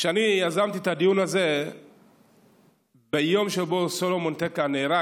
כשאני יזמתי את הדיון הזה ביום שבו סלומון טקה נהרג,